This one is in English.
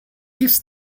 keeps